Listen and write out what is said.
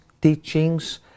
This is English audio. teachings